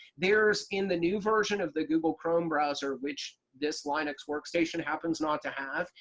there's in the new version of the google chrome browser, which this linux workstation happens not to have,